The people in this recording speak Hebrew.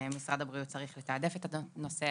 משרד הבריאות צריך לתעדף את הנושא,